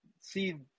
see